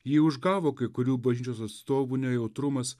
jį užgavo kai kurių bažnyčios atstovų nejautrumas